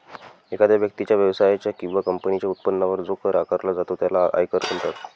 एखाद्या व्यक्तीच्या, व्यवसायाच्या किंवा कंपनीच्या उत्पन्नावर जो कर आकारला जातो त्याला आयकर म्हणतात